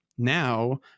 Now